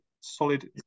solid